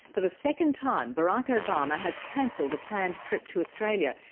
for the second time, barack obama has cancelled a planned trip to australia.